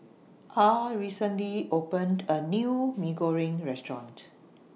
Ah recently opened A New Mee Goreng Restaurant